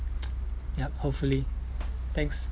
yup hopefully thanks